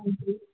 ਹਾਂਜੀ